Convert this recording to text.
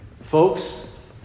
Folks